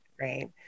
right